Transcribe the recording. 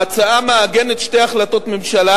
ההצעה מעגנת שתי החלטות ממשלה,